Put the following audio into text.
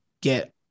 get